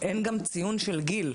אין גם ציון של גיל.